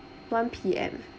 one P_M